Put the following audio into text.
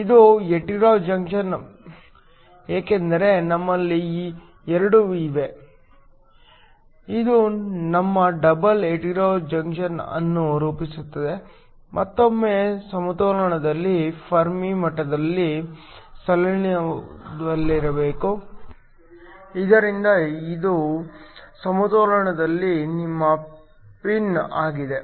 ಇದು heterojunction ಏಕೆಂದರೆ ನಮ್ಮಲ್ಲಿ ಎರಡು ಇವೆ ಇದು ನಿಮ್ಮ ಡಬಲ್ ಹೆಟೆರೊ ಜಂಕ್ಷನ್ ಅನ್ನು ರೂಪಿಸುತ್ತದೆ ಮತ್ತೊಮ್ಮೆ ಸಮತೋಲನದಲ್ಲಿ ಫೆರ್ಮಿ ಮಟ್ಟಗಳು ಸಾಲಿನಲ್ಲಿರಬೇಕು ಇದರಿಂದ ಇದು ಸಮತೋಲನದಲ್ಲಿ ನಿಮ್ಮ ಪಿನ್ ಆಗಿದೆ